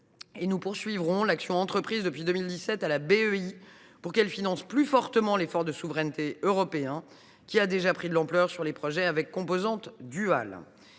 nous poursuivrons l’action entreprise depuis 2017 à la BEI, pour qu’elle finance plus fortement l’effort de souveraineté européen, qui a déjà pris de l’ampleur sur les projets avec composante duale.